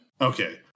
Okay